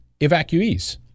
evacuees